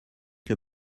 que